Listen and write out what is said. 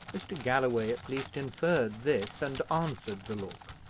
mr. galloway, at least, inferred this, and answered the look.